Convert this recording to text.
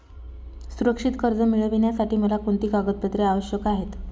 सुरक्षित कर्ज मिळविण्यासाठी मला कोणती कागदपत्रे आवश्यक आहेत